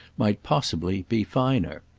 might possibly be finer.